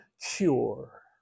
cure